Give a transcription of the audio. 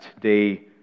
day